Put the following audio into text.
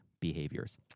behaviors